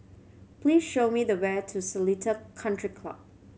please show me the way to Seletar Country Club